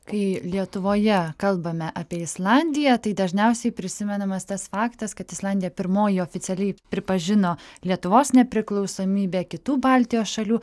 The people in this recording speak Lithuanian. kai lietuvoje kalbame apie islandiją tai dažniausiai prisimenamas tas faktas kad islandija pirmoji oficialiai pripažino lietuvos nepriklausomybę kitų baltijos šalių